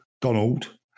Donald